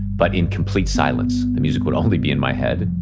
but in complete silence. the music would only be in my head.